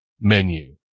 menu